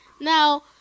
Now